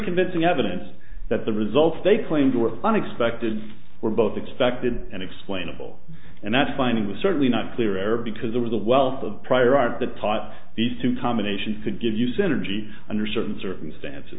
convincing evidence that the results they claimed were unexpected were both expected and explainable and that's fine it was certainly not clear air because there was a wealth of prior art that taught these two combinations could give you synergy under certain circumstances